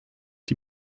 die